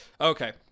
Okay